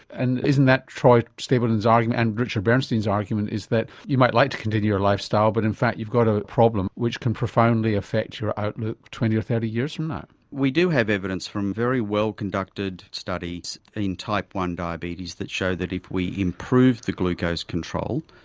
and isn't that troy stapleton's argument and richard bernstein's argument, that you might like to continue your lifestyle but in fact you've got a problem which can profoundly affect your outlook twenty or thirty years from now? we do have evidence from very well conducted studies in type i diabetes that show that if we improve the glucose control,